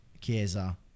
Chiesa